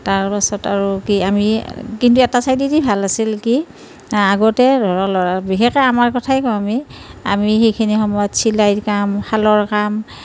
তাৰ পাছত আৰু কি আমি কিন্তু এটা চাইডেদি ভাল আছিল কি আগতে বিশেষকৈ আমাৰ কথাই কওঁ আমি আমি সেইখিনি সময়ত চিলাইৰ কাম শালৰ কাম